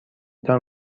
تان